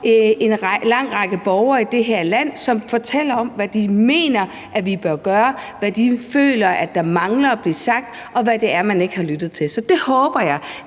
en lang række borgere i det her land, som fortæller om, hvad de mener vi bør gøre, hvad de føler der mangler at blive sagt, og hvad det er, man ikke har lyttet til. Så jeg håber,